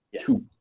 two